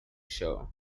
show